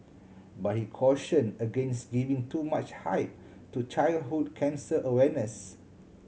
but he caution against giving too much hype to childhood cancer awareness